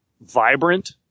vibrant